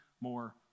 more